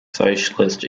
socialist